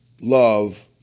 love